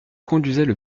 conduisaient